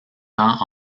tant